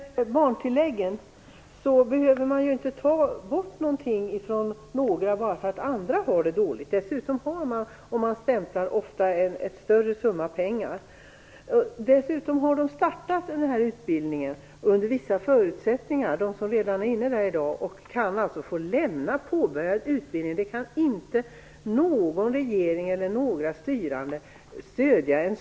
Herr talman! När det gäller barntilläggen vill jag säga att man inte behöver ta bort någonting från några bara för att andra har det dåligt. Dessutom har man ofta en större summa pengar om man stämplar. Dessa människor har påbörjat sin utbildning under vissa förutsättningar. De kan alltså få lämna en påbörjad utbildning. En sådan indragning som gör att människor släpper sin utbildning kan inte någon regering eller några styrande stödja.